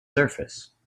surface